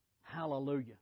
Hallelujah